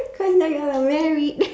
cause now y'all are married